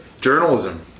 Journalism